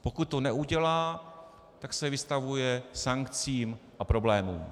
Pokud to neudělá, tak se vystavuje sankcím a problémům.